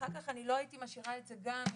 ואחר כך אני לא הייתי משאירה את זה גם,